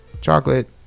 chocolate